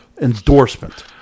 endorsement